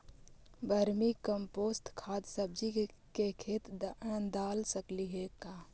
Vermi compost खाद सब्जी के खेत दाल सकली हे का?